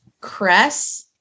Cress